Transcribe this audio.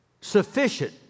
sufficient